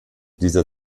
dieser